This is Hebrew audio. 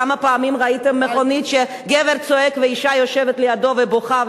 כמה פעמים ראיתם מכונית שבה גבר צועק ואשה יושבת לידו ובוכה,